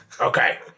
Okay